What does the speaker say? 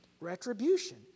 retribution